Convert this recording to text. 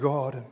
God